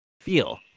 feel